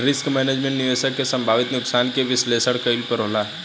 risk management, निवेशक के संभावित नुकसान के विश्लेषण कईला पर होला